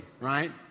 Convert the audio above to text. right